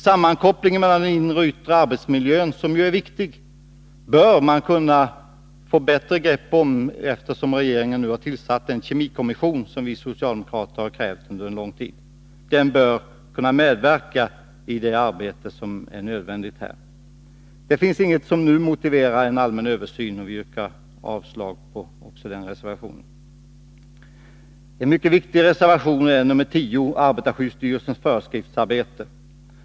Sammankopplingen mellan inre och yttre miljö, som ju är viktig, bör man kunna få bättre grepp om nu när regeringen har tillsatt en kemikommission som vi socialdemokrater krävt under en lång tid. Kommissionen bör kunna medverka till det arbete som ändå är nödvändigt. Det finns ingenting som nu-motiverar en allmän översyn. Jag yrkar avslag också på den reservationen. En mycket viktig reservation är reservation 10 om arbetarskyddsstyrelsens föreskriftsarbete.